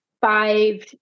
five